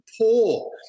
poor